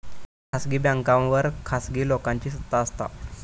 खासगी बॅन्कांवर खासगी लोकांची सत्ता असता